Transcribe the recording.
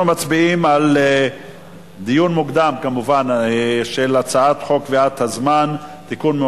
אנחנו מצביעים בדיון מוקדם על הצעת חוק קביעת הזמן (תיקון,